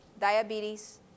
diabetes